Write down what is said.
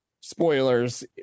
spoilers